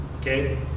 Okay